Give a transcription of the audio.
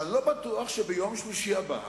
אני לא בטוח שביום שלישי הבא